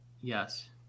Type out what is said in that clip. yes